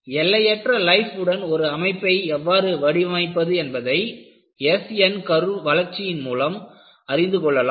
எல்லையற்ற லைஃப் உடன் ஒரு அமைப்பை எவ்வாறு வடிவமைப்பது என்பதை S N கர்வ் வளர்ச்சியின் மூலம் அறிந்து கொள்ளலாம்